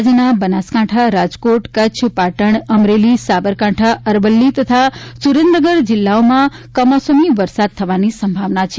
રાજ્યના બનાસકાંઠા રાજકોટ કચ્છ પાટણ અમરેલી સાબરકાંઠા અરવલ્લી તથા સુરેન્દ્રનગર જિલ્લામાં કમોસમી વરસાદ થવાની સંભાવના છે